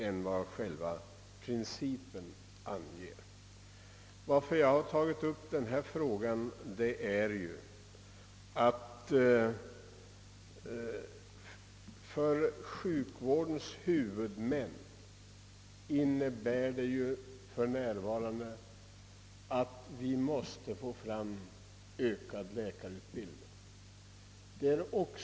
Anledningen till att jag har tagit upp denna sak är att sjukvårdens huvudmän måste understryka behovet av ökad hänsyn till läkarutbild ningen.